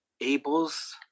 Abel's